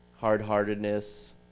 hard-heartedness